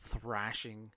thrashing